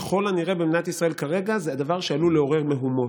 ככל הנראה במדינת ישראל כרגע זה דבר שעלול לעורר מהומות.